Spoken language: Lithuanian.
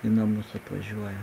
į namus atvažiuoja